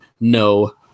No